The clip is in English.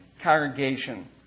congregation